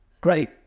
Great